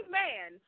man